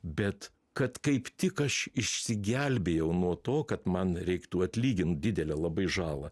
bet kad kaip tik aš išsigelbėjau nuo to kad man reiktų atlygint didelę labai žalą